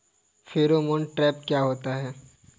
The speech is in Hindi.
फेरोमोन ट्रैप क्या होता है?